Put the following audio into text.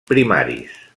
primaris